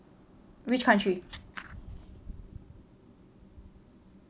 which country